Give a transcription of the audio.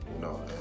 No